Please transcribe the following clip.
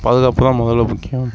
பாதுகாப்புதான் முதல்ல முக்கியம்